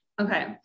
Okay